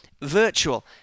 virtual